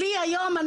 לי היום,